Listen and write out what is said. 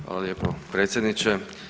Hvala lijepo predsjedniče.